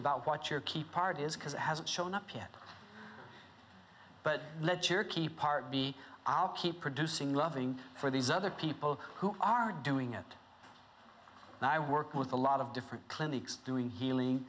about what your key part is because it hasn't shown up yet but let your key part be i'll keep producing loving for these other people who are doing it and i work with a lot of different clinics doing healing